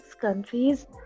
countries